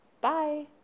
Bye